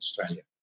Australia